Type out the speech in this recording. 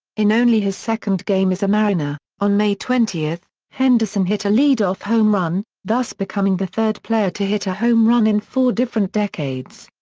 in only his second game as a mariner, on may twenty, henderson hit a leadoff home run, thus becoming the third player to hit a home run in four different decades.